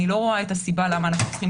אני לא רואה את הסיבה למה אנחנו צריכים